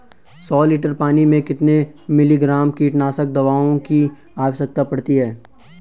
सौ लीटर पानी में कितने मिलीग्राम कीटनाशक दवाओं की आवश्यकता पड़ती है?